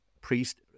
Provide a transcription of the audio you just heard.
priest